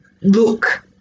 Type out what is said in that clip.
look